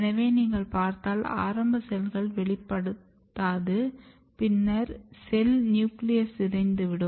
எனவே நீங்கள் பார்த்தால் ஆரம்ப செல்கள் வெளிப்படுத்தாது பின்னர் செல் நியூக்ளியஸ் சிதைந்துவிடும்